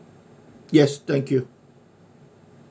yes thank you